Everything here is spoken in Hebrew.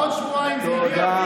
עוד שבוע, עוד שבועיים, זה יקרה.